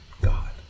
God